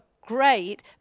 great